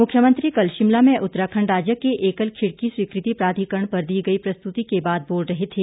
मुख्यमंत्री कल शिमला में उत्तराखण्ड राज्य के एकल खिड़की स्वीकृति प्राधिकरण पर दी गई प्रस्तुती के बाद बोल रहे थे